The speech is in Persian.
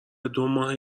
دوماه